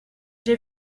j’ai